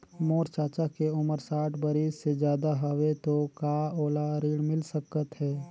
मोर चाचा के उमर साठ बरिस से ज्यादा हवे तो का ओला ऋण मिल सकत हे?